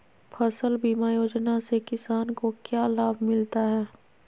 फसल बीमा योजना से किसान को क्या लाभ मिलता है?